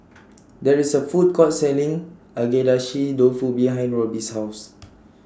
There IS A Food Court Selling Agedashi Dofu behind Roby's House